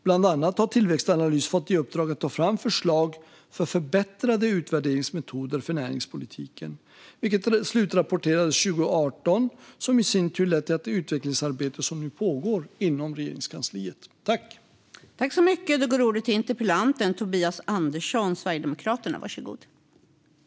Bland annat har Tillväxtanalys fått i uppdrag att ta fram förslag för förbättrade utvärderingsmetoder för näringspolitiken, vilket slutrapporterades 2018. Detta har i sin tur lett till ett utvecklingsarbete som nu pågår inom Regeringskansliet.